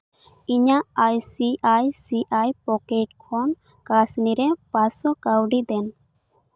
ᱤᱧᱟᱹᱜ I C I I C I pocket ᱠᱷᱚᱱ ᱠᱟᱥᱢᱤᱨ ᱨᱮ ᱯᱟᱸᱪᱥᱚ ᱥᱚ ᱠᱟᱹᱣᱰᱤ ᱫᱮᱱ